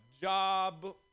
job